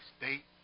state